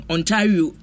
Ontario